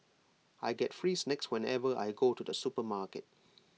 I get free snacks whenever I go to the supermarket